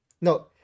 no